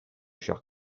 chers